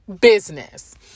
business